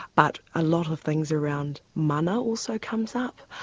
but a lot of things around mana also comes up.